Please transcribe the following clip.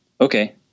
Okay